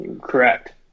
correct